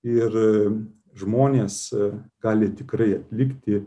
ir žmonės gali tikrai likti